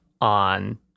on